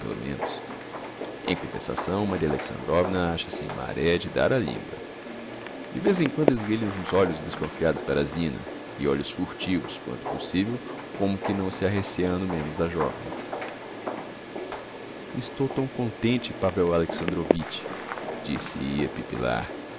menos em compensação maria alexandrovna acha-se em maré de dar á lingua de vez em quando esguêlha uns olhos desconfiados para a zina e olhos furtivos quanto possivel como que não se arreceando menos da joven estou tão contente pavel alexandrovitch dir se hia pipilar